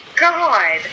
God